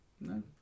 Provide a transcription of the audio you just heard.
no